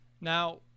Now –